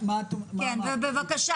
כן, בבקשה